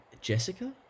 Jessica